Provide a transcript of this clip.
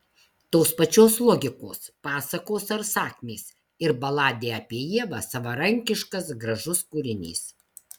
tos pačios logikos pasakos ar sakmės ir baladė apie ievą savarankiškas gražus kūrinys